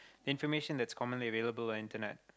information that's commonly available Internet